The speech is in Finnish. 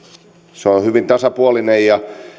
se on hyvin tasapuolinen ja